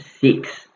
six